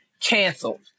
canceled